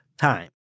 time